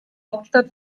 hauptstadt